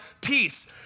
peace